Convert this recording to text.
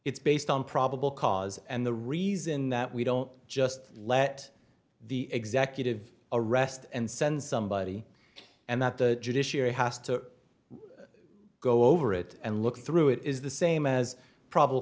it's based on probable cause and the reason that we don't just let the executive arrest and send somebody and that the judiciary has to go over it and look through it is the same as probable